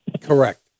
Correct